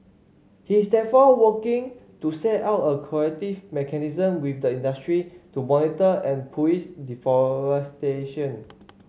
he is therefore working to set up a collective mechanism with the industry to monitor and police deforestation